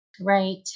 Right